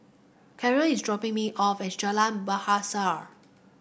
Carroll is dropping me off at Jalan Bahasa